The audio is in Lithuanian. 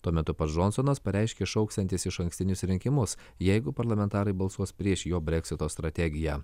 tuo metu pats džonsonas pareiškė šauksiantis išankstinius rinkimus jeigu parlamentarai balsuos prieš jo breksito strategiją